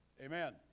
amen